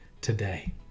today